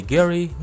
Gary